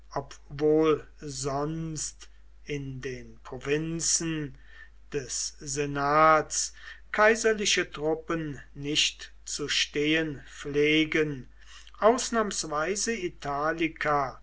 obwohl sonst in den provinzen des senats kaiserliche truppen nicht zu stehen pflegen ausnahmsweise